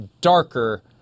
darker